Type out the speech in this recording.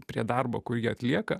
prie darbo kurį atlieka